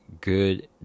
good